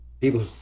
people